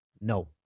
no